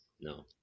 No